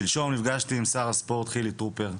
שלשום נפגשתי עם שר הספורט, חילי טרופר.